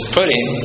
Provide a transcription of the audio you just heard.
putting